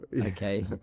okay